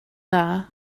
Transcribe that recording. dda